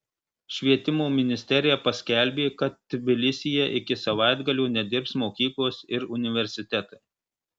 švietimo ministerija paskelbė kad tbilisyje iki savaitgalio nedirbs mokyklos ir universitetai